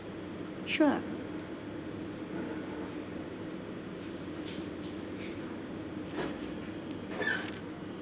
sure